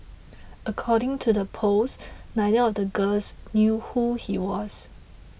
according to the post neither of the girls knew who he was